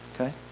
okay